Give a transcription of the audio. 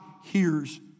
hears